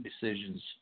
decisions